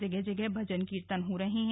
जगह जगह भजन कीर्तन हो रहे हैं